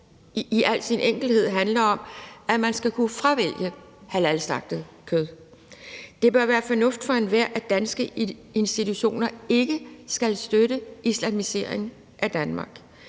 i al sin enkelhed handler om, at man skal kunne fravælge halalslagtet kød. Det bør være fornuft for enhver, at danske institutioner ikke skal støtte en islamisering af Danmark,